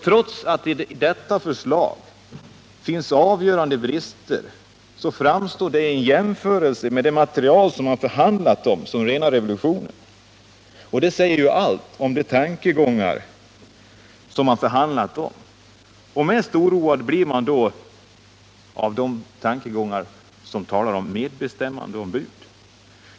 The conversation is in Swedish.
Trots att det i detta förslag finns avgörande brister framstår det vid en jämförelse med det material som man förhandlat om som rena revolutionen, och det säger ju allt om de tankegånger som det förhandlats om. Mest oroad blir man av de tankegångar som gäller medbestämmandeombud.